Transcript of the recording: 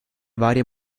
varie